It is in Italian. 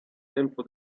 tempo